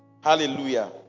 Hallelujah